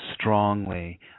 strongly